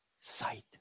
sight